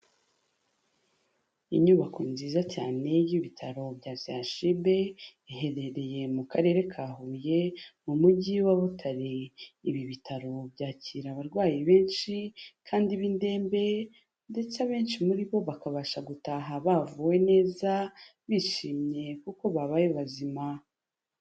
Inyubako nziza cyane y'ibitaro bya CHUB, iherereye mu Karere ka Huye, mu Mujyi wa Butare' Ibi bitaro byakira abarwayi benshi kandi b'indembe ndetse abenshi muri bo bakabasha gutaha bavuwe neza, bishimye kuko babaye bazima.